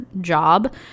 job